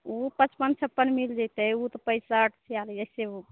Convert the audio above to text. ओ पचपन छप्पन मिल जइतै ओ तऽ पैंसठ ऐसे ओ